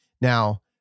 Now